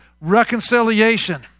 reconciliation